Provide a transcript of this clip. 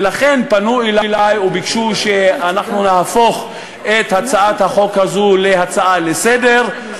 ולכן פנו אלי וביקשו שאנחנו נהפוך את הצעת החוק הזאת להצעה לסדר-היום,